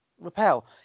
repel